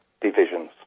divisions